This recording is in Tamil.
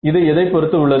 இது எதைப் பொறுத்து உள்ளது